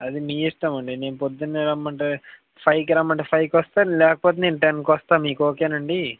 అది మీ ఇష్టం అండి నేను పొద్దున్నే రమ్మంటే ఫైవ్ కి రమ్మంటే ఫైవ్ కి వస్తా లేకపోతే నేను టెన్ కి వస్తా మీకు ఓకే నండి